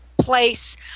place